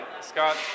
Scott